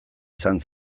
izan